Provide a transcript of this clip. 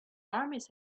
armies